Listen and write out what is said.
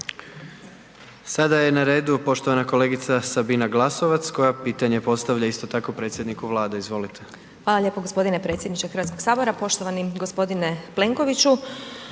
Sada je na redu poštovana kolegica Sabina Glasovac koja pitanje postavlja isto taku predsjedniku Vlade, izvolite. **Glasovac, Sabina (SDP)** Hvala lijepo g. predsjedniče Hrvatskog sabora. Poštovani g. Plenkoviću,